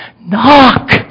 Knock